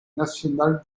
nationale